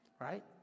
right